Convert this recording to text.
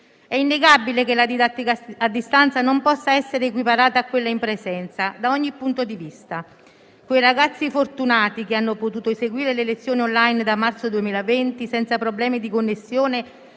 È innegabile che la didattica a distanza non possa essere equiparata a quella in presenza, da ogni punto di vista. I ragazzi fortunati che hanno potuto seguire le lezioni *online* da marzo 2020, senza problemi di connessione